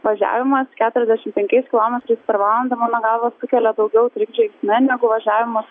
važiavimas keturiasdešimt penkiais kilometrais per valandą mano galva sukelia daugiau trikdžių eisme negu važiavimas